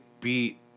Beat